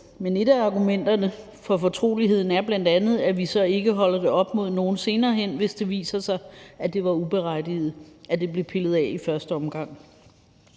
men et af argumenterne for fortroligheden er bl.a., at vi så ikke holder det op mod nogen senere hen, hvis det viser sig, at det var uberettiget, at de blev pillet af i første omgang.